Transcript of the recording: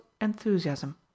enthusiasm